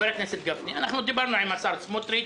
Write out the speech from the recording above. דיברנו עם השר סמוטריץ'